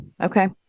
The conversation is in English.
Okay